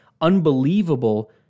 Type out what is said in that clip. unbelievable